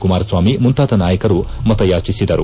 ಕುಮಾರಸ್ನಾಮಿ ಮುಂತಾದ ನಾಯಕರು ಮತಯಾಚಿಸಿದರು